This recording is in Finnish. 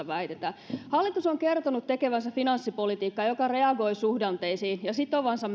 väitetään hallitus on kertonut tekevänsä finanssipolitiikkaa joka reagoi suhdanteisiin ja sitovansa